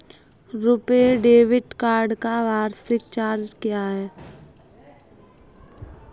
RuPay debit card का वार्षिक charge क्या है?